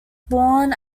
born